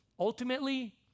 Ultimately